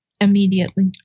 Immediately